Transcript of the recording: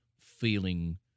feeling